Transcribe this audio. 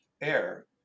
air